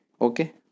Okay